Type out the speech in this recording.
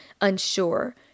unsure